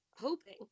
hoping